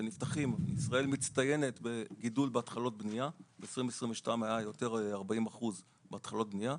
ישראל מצטיינת בגידול בהתחלות בניה ב-2022 היו 40% יותר בהתחלות בנייה.